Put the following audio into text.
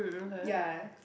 ya